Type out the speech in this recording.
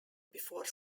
before